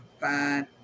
five